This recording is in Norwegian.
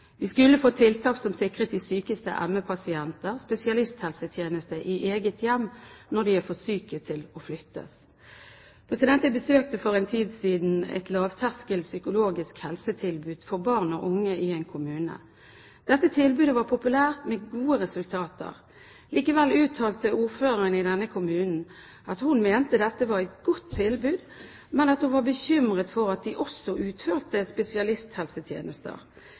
Vi skulle få tiltak som sikret de sykeste ME-pasienter spesialisthelsetjeneste i eget hjem når de er for syke til å flyttes. Jeg besøkte for en tid siden et lavterskel psykologisk helsetilbud for barn og unge i en kommune. Dette tilbudet var populært og ga gode resultater. Likevel uttalte ordføreren i denne kommunen at dette var et godt tilbud, men at hun var bekymret over at de også utførte spesialisthelsetjenester.